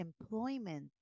Employment